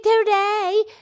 today